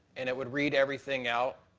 and it would read everything out.